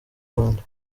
rwanda